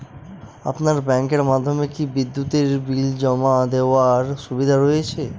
আপনার ব্যাংকের মাধ্যমে কি বিদ্যুতের বিল জমা দেওয়ার সুবিধা রয়েছে?